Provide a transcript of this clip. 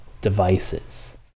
devices